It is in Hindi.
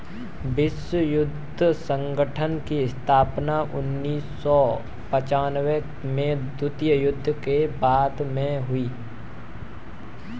विश्व व्यापार संगठन की स्थापना उन्नीस सौ पिच्यानबें में द्वितीय विश्व युद्ध के बाद हुई